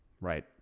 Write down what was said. Right